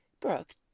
Brooke